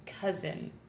cousin